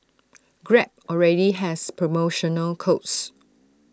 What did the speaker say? grab already has promotional codes